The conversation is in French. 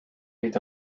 est